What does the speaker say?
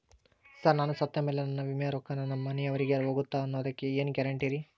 Sir ನಾನು ಸತ್ತಮೇಲೆ ನನ್ನ ವಿಮೆ ರೊಕ್ಕಾ ನನ್ನ ಮನೆಯವರಿಗಿ ಹೋಗುತ್ತಾ ಅನ್ನೊದಕ್ಕೆ ಏನ್ ಗ್ಯಾರಂಟಿ ರೇ?